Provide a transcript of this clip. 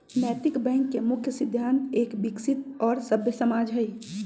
नैतिक बैंक के मुख्य सिद्धान्त एक विकसित और सभ्य समाज हई